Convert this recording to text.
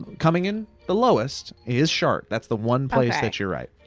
coming in the lowest is shart, that's the one place that you're right.